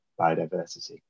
biodiversity